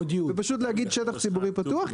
ופשוט להגיד שטח ציבורי פתוח,